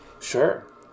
Sure